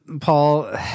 Paul